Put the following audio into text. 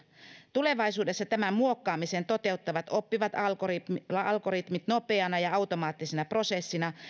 tulevaisuudessa tämän muokkaamisen toteuttavat oppivat algoritmit algoritmit nopeana ja automaattisena prosessina